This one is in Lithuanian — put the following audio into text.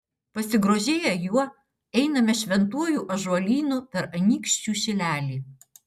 pasigrožėję juo einame šventuoju ąžuolynu per anykščių šilelį